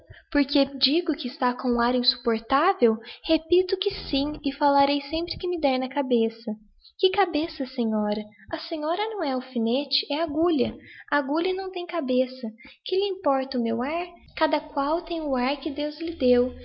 porque lhe digo que está com um ar insupportavel repito que sim e faltarei sempre que me dér na cabeça que cabeça senhora a senhora não é alfinete é agulha agulha não tem cabeça que lhe importa o meu ar cada qual tem o ar que deus lhe deu